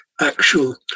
actual